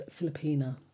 Filipina